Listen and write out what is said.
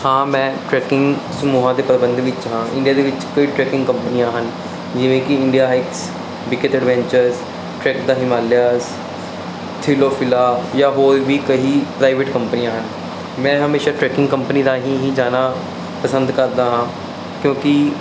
ਹਾਂ ਮੈਂ ਟਰੈਕਿੰਗ ਸਮੂਹਾਂ ਦੇ ਪ੍ਰਬੰਧ ਵਿੱਚ ਹਾਂ ਇੰਡੀਆ ਦੇ ਵਿੱਚ ਕਈ ਟਰੈਕਿੰਗ ਕੰਪਨੀਆਂ ਹਨ ਜਿਵੇਂ ਕਿ ਇੰਡੀਆ ਦਾ ਹਿਮਾਲਿਆਸ ਥੀਲੋਫਿਲਾ ਜਾਂ ਹੋਰ ਵੀ ਕਹੀ ਪ੍ਰਾਈਵੇਟ ਕੰਪਨੀਆਂ ਹਨ ਮੈਂ ਹਮੇਸ਼ਾਂ ਟਰੈਕਿੰਗ ਕੰਪਨੀ ਰਾਹੀਂ ਹੀ ਜਾਣਾ ਪਸੰਦ ਕਰਦਾ ਹਾਂ ਕਿਉਂਕਿ